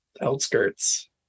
outskirts